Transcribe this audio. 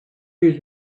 yüz